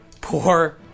poor